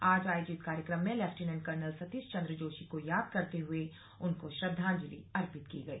आज आयोजित कार्यक्रम में लेफ्टिनेंट कर्नल सतीश चंद्र जोशी को याद करते हए उनको श्रद्वांजलि अर्पित की गई